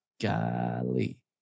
Golly